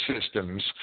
systems